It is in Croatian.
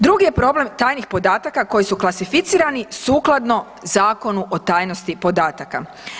Drugi je problem tajnih podataka koji su klasificirani sukladno Zakonu o tajnosti podataka.